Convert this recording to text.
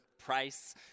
price